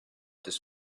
this